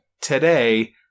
today